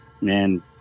man